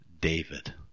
David